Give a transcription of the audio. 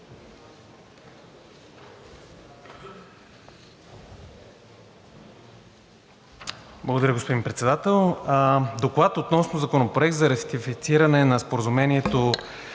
Благодаря, господин Председател. „ДОКЛАД относно Законопроект за ратифициране на Споразумението